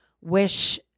wish